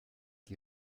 die